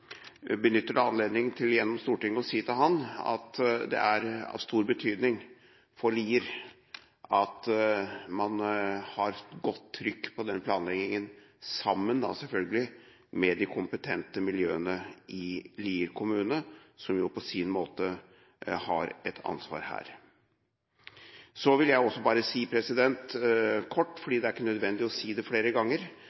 benytter anledningen gjennom Stortinget å si til ham at det er av stor betydning for Lier at man har et godt trykk på den planleggingen, selvfølgelig sammen med de kompetente miljøene i Lier kommune, som på sin måte har et ansvar her. Det ikke er nødvendig å si det flere ganger, men jeg vil bare kort